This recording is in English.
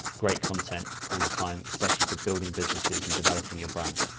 great content all the time, especially for building businesses and developing your brand.